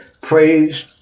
praise